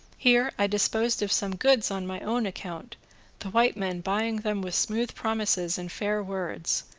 here i disposed of some goods on my own account the white men buying them with smooth promises and fair words,